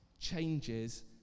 changes